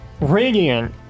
radiant